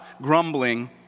grumbling